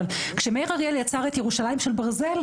אבל כשמאיר אריאל יצר את "ירושלים של ברזל",